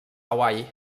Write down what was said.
hawaii